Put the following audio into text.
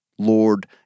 Lord